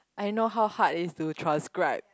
I know how hard is to transcribe